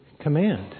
command